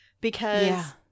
because-